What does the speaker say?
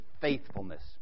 faithfulness